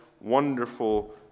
wonderful